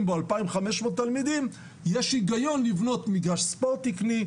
בו 2,500 תלמידים יש היגיון לבנות מגרש ספורט תקני,